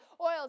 oils